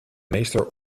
meester